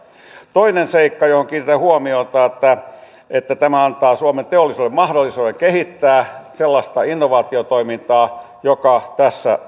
toinen seikka johon kiinnitän huomiota on että tämä antaa suomen teollisuudelle mahdollisuuden kehittää sellaista innovaatiotoimintaa joka tässä